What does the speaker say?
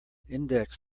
index